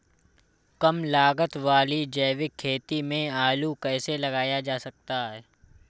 कम लागत वाली जैविक खेती में आलू कैसे लगाया जा सकता है?